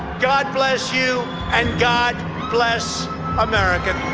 god bless you and god bless america!